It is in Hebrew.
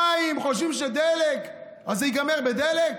המים, חושבים שדלק, אז זה ייגמר בדלק?